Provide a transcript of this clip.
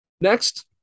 Next